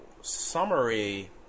summary